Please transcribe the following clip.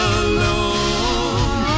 alone